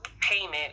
payment